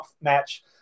match